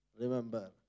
remember